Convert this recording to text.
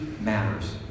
matters